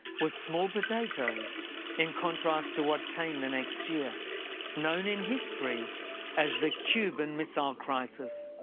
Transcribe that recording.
was small potatoes in contrast to what came the next year known in history as the cuban missile crisis.